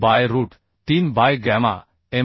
bye root 3 by gamma M